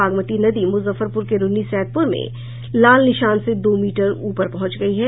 बागमती नदी मुजफ्फरपुर के रून्नीसैदपुर में लाल निशान से दो मीटर ऊपर पहुंच गयी है